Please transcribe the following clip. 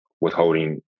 withholding